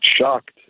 shocked